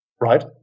right